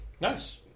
Nice